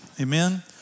Amen